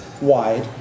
wide